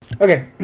Okay